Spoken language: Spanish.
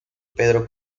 pedro